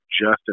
Justin